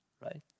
right